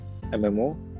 MMO